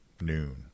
noon